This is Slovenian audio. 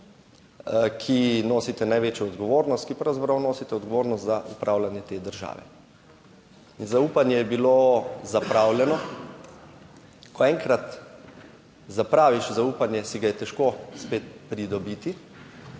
ki nosite največjo odgovornost, ki pravzaprav nosite odgovornost za upravljanje te države. In zaupanje je bilo zapravljeno. Ko enkrat zapraviš zaupanje, si ga je težko spet pridobiti